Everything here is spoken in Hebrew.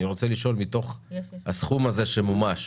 כמה מתוך הסכום הזה שמומש